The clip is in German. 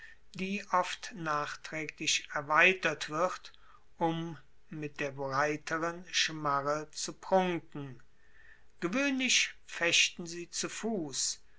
die oft nachtraeglich erweitert wird um mit der breiteren schmarre zu prunken gewoehnlich fechten sie zu fuss